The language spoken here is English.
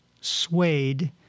Suede